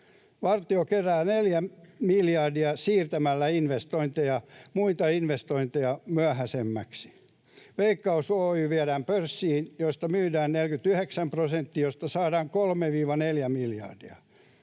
Valtio kerää neljä miljardia siirtämällä ratainvestointeja muita investointeja myöhäisemmäksi. Veikkaus Oy viedään pörssiin ja siitä myydään 49 prosenttia, josta saadaan noin 3—4 miljardia.